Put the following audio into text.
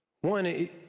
One